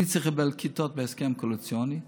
אני צריך לקבל כיתות בהסכם קואליציוני,